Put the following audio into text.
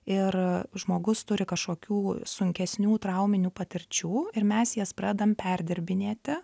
ir žmogus turi kažkokių sunkesnių trauminių patirčių ir mes jas pradedam perdirbinėti